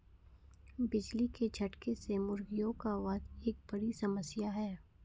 बिजली के झटके से मुर्गियों का वध एक बड़ी समस्या है